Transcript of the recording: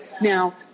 Now